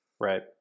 Right